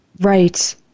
Right